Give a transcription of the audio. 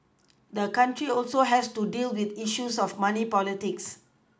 the country also has to deal with the issue of money politics